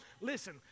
Listen